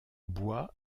bois